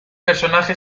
personaje